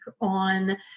on